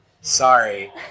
Sorry